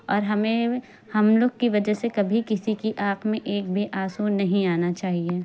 اور ہمیں ہم لوگ کی وجہ سے کبھی کسی کی آنکھ میں ایک بھی آنسو نہیں آنا چاہیے